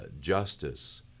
justice